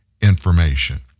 information